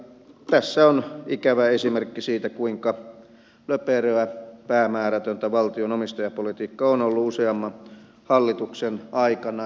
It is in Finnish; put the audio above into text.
tässä on ikävä esimerkki siitä kuinka löperöä päämäärätöntä valtion omistajapolitiikka on ollut useamman hallituksen aikana